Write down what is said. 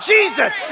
Jesus